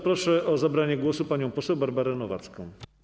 Proszę o zabranie głosu panią poseł Barbarę Nowacką.